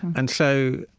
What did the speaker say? and so,